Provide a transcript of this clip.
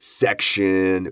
section